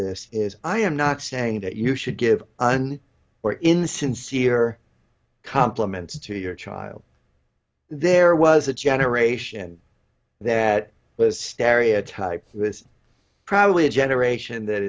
this is i am not saying that you should give or insincere compliments to your child there was a generation that was stereotyped this probably a generation that